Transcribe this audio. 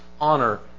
honor